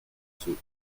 sceaux